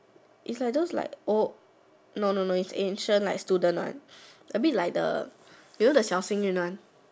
is like those like old no no no it's ancient like student one a bit like the you know the 小幸运 one